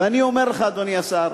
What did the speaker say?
אני אומר לך, אדוני השר,